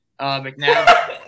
McNabb